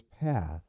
path